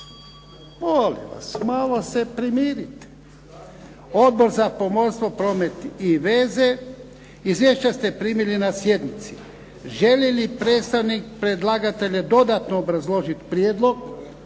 Odbor za zakonodavstvo, Odbor za pomorstvo, promet i veze. Izvješća ste primili na sjednici. Želi li predstavnik predlagatelja dodatno obrazložiti prijedlog?